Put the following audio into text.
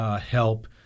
help